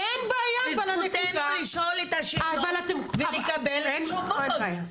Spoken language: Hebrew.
וזכותנו לשאול את השאלות ולקבל תשובות.